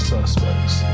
Suspects